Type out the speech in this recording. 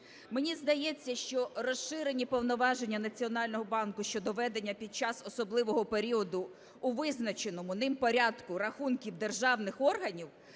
Мені здається, що розширені повноваження Національного банку щодо ведення під час особливого періоду у визначеному ним порядку рахунки державних органів,